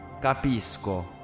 Capisco